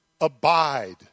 abide